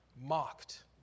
mocked